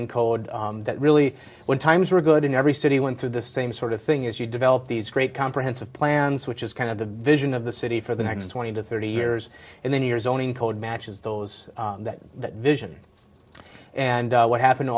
code that really when times were good in every city went through the same sort of thing is you develop these great comprehensive plans which is kind of the vision of the city for the next twenty to thirty years and then you're zoning code matches those that that vision and what happened